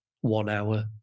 one-hour